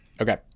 Okay